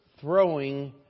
throwing